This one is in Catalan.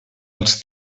els